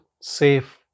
safe